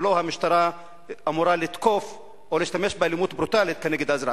ולא שהמשטרה אמורה לתקוף או להשתמש באלימות ברוטלית כנגד האזרח.